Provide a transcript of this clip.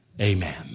amen